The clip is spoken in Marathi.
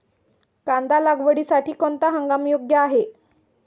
कांदा लागवडीसाठी कोणता हंगाम योग्य आहे?